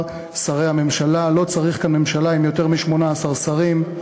שרי הממשלה: לא צריך כאן ממשלה עם יותר מ-18 שרים.